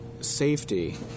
safety